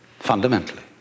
Fundamentally